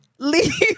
leave